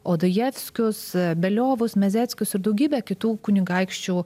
odojevskius beliovus mezeckius ir daugybę kitų kunigaikščių